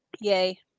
Yay